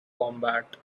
combat